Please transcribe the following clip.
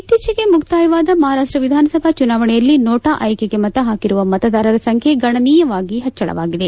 ಇತ್ತೀಚೆಗೆ ಮುಕ್ತಾಯವಾದ ಮಹಾರಾಷ್ಷ ವಿಧಾನಸಭಾ ಚುನಾವಣೆಯಲ್ಲಿ ನೋಟಾ ಆಯ್ಲೆಗೆ ಮತ ಹಾಕಿರುವ ಮತದಾರರ ಸಂಖ್ಯೆ ಗಣನೀಯವಾಗಿ ಹೆಚ್ಚಳವಾಗಿದೆ